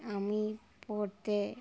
আমি পড়তে